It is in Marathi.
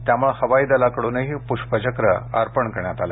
त्यामुळे हवाई दलाकडूनही पुष्पचक्र अर्पण करण्यात आलं